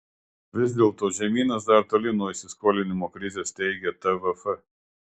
vis dėlto žemynas dar toli nuo įsiskolinimo krizės teigia tvf